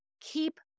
keep